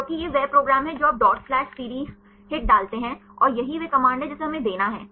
क्योंकि यह वह प्रोग्राम है जो आप डॉट स्लैश सीडी हाइट डालते हैं और यही वह कमांड है जिसे हमें देना है